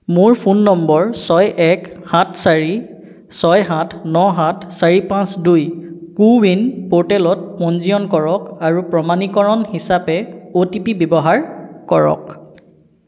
মোৰ phone number ছয় এক সাত চাৰি ছয় সাত ন সাত চাৰি পাঁচ দুই কো ৱিন প'ৰ্টেলত পঞ্জীয়ন কৰক আৰু প্ৰমাণীকৰণ হিচাপে অ' টি পি ব্যৱহাৰ কৰক